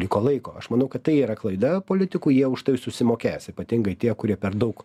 liko laiko aš manau kad tai yra klaida politikų jie už tai susimokės ypatingai tie kurie per daug